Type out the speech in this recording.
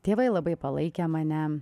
tėvai labai palaikė mane